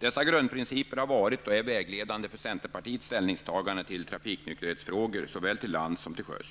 Dessa grundprinciper har varit och är vägledande för centerpartiets ställningstagande till trafiknykterhetsfrågor, såväl till lands som till sjöss.